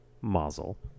muzzle